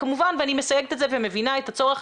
כמובן אני מסייגת את זה ומבינה את הצורך